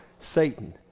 Satan